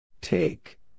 Take